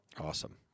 Awesome